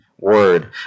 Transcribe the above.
word